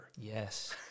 Yes